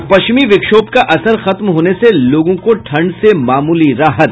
और पश्चिमी विक्षोभ का असर खत्म होने से लोगों को ठंड से मामूली राहत